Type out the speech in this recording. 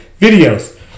videos